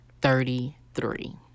Thirty-three